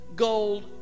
gold